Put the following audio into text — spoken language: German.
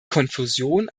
konfusion